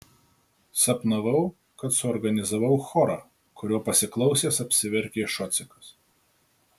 sapnavau kad suorganizavau chorą kurio pasiklausęs apsiverkė šocikas